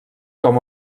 com